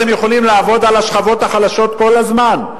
אתם יכולים לעבוד על השכבות החלשות כל הזמן?